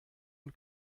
und